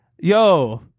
yo